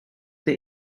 the